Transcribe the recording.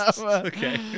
Okay